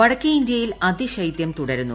വടക്കേ ഇന്തൃയിൽ അതിശൈതൃം തുടരുന്നു